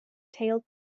tailed